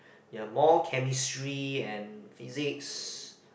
ya more chemistry and physics